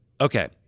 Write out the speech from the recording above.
okay